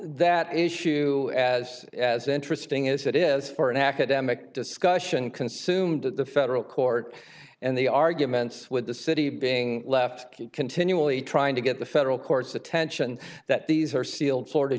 that issue as as interesting is that is for an academic discussion consumed at the federal court and the arguments with the city being left continually trying to get the federal court's attention that these are sealed florida